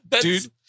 Dude